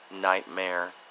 Nightmare